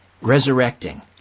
resurrecting